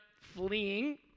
fleeing